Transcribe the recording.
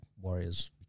Warriors